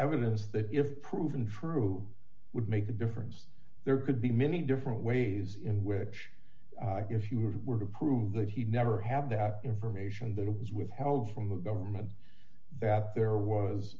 evidence that if proven true would make a difference there could be many different ways in which if you were to prove that he never have that information that was withheld from the government that there was